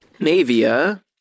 Navia